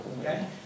Okay